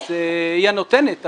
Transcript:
אז אי הנותנת.